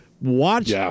watch